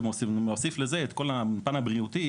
ונוסיף לזה את כל הפן הבריאותי,